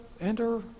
enter